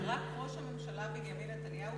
רק ראש הממשלה בנימין נתניהו